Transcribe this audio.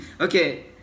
Okay